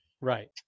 Right